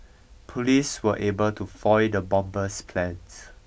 police were able to foil the bomber's plans